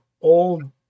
old